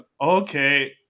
okay